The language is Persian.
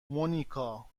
مونیکا